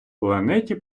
планеті